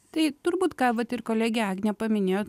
tai turbūt ką vat ir kolegė agnė paminėjo